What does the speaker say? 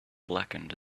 blackened